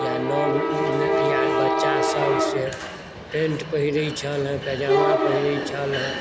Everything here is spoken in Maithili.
या नव या बच्चासभ से पेण्ट पहिरैत छल हेँ पैजामा पहिरैत छल हेँ